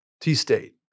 T-State